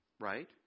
Right